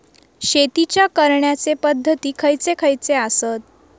शेतीच्या करण्याचे पध्दती खैचे खैचे आसत?